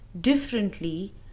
differently